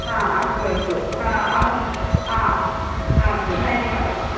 आ अस्तु अस्तु आ अहम् आ हा अस्तु धन्यवादाः